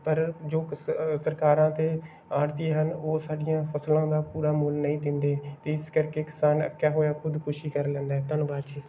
ਪਰ ਜੋ ਕਿਸ ਸਰਕਾਰਾਂ ਅਤੇ ਆੜ੍ਹਤੀਏ ਹਨ ਉਹ ਸਾਡੀਆਂ ਫਸਲਾਂ ਦਾ ਪੂਰਾ ਮੁੱਲ ਨਹੀਂ ਦਿੰਦੇ ਅਤੇ ਇਸ ਕਰਕੇ ਕਿਸਾਨ ਅੱਕਿਆ ਹੋਇਆ ਖੁਦਕੁਸ਼ੀ ਕਰ ਲੈਂਦਾ ਹੈ ਧੰਨਵਾਦ ਜੀ